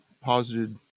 posited